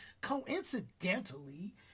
coincidentally